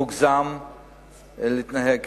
מוגזם להתנהג כך.